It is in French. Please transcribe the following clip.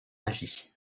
agi